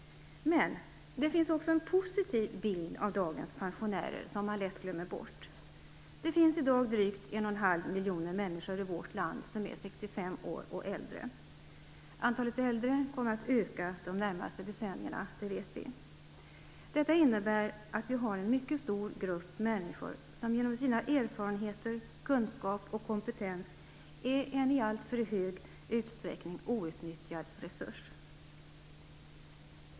Men det finns också en positiv bild av dagens pensionärer, som man lätt glömmer bort. Det finns i dag drygt en och en halv miljon människor i vårt land som är 65 år och äldre. Antalet äldre kommer att öka de närmaste decennierna. Detta innebär att vi har en mycket stor grupp människor som genom sina erfarenheter, kunskap och kompetens är en i alltför stor utsträckning outnyttjad resurs.